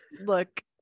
Look